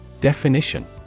Definition